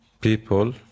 people